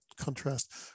contrast